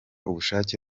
ubushake